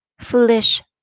foolish